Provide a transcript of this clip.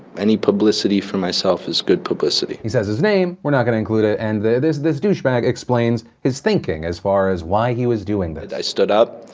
any publicity for myself is good publicity. he says his name, we're not gonna include it, and this this douchebag explains his thinking as far as why he was doing this. i stood up.